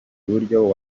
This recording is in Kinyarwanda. buryo